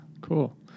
Cool